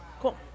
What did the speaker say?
Cool